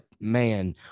man